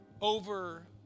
over